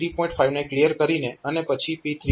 5 ને ક્લિયર કરીને અને પછી P3